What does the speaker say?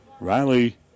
Riley